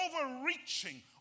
overreaching